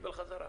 קיבל חזרה.